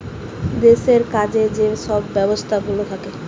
দেশের কাজে যে সব ব্যবস্থাগুলা থাকে